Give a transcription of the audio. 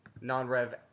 non-Rev